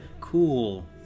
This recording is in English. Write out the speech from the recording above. cool